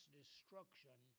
destruction